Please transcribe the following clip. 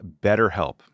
BetterHelp